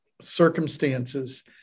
circumstances